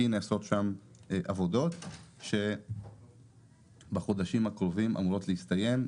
בחודשים הקרובים העבודות האלה אמורות להסתיים,